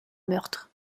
meurtres